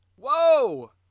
whoa